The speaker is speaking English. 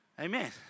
Amen